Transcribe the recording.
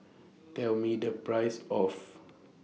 Tell Me The Price of